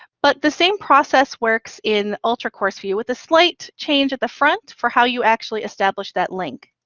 but the same process works in ultra course view with a slight change at the front for how you actually establish that link.